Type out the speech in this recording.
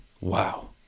Wow